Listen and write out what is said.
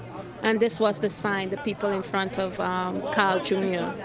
and this was the sign, the people in front of um carl jr.